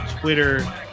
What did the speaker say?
Twitter